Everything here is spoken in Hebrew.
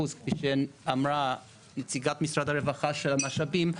כפי שאמרה נציגת משרד הרווחה של המשאבים,